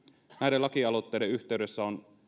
näiden lakialoitteiden yhteydessä on